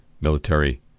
Military